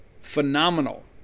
Phenomenal